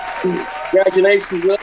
Congratulations